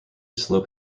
slow